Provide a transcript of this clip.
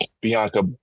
Bianca